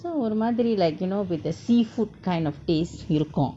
so ஒரு மாதிரி:oru maathiri like you know with the seafood kind of taste இருக்கு:irukku